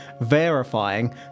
Verifying